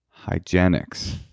hygienics